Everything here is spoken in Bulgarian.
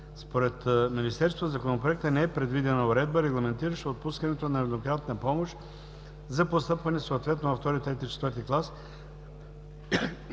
Според Министерството в Законопроекта не е предвидена уредба, регламентираща отпускането на еднократна помощ за постъпване съответно във